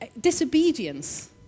disobedience